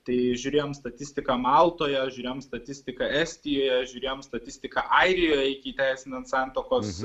tai žiūrėjom statistiką maltoje žiūrėjom statistika estijoje žiūrėjom statistiką airijoje iki teisinant santuokos